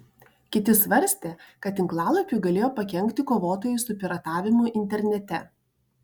kiti svarstė kad tinklalapiui galėjo pakenkti kovotojai su piratavimu internete